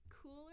cooler